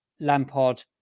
Lampard